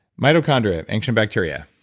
mitochondria, ancient bacteria.